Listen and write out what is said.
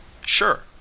Sure